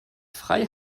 frei